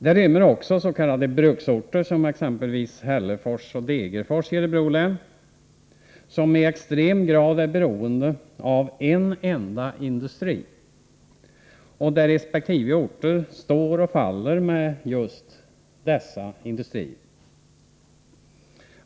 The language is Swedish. Det rymmer också s.k. bruksorter, som Hällefors och Degerfors i Örebro län, som i extrem grad är beroende av en enda industri, och där resp. orter står och faller med dessa industrier.